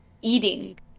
eating